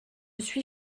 suis